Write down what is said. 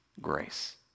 grace